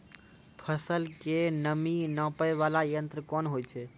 फसल के नमी नापैय वाला यंत्र कोन होय छै